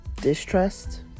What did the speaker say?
distrust